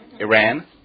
Iran